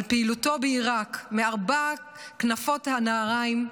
פעילותו בעיראק: מארבע כנפות הנהריים,